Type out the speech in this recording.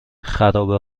خرابه